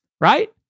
right